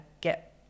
get